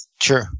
Sure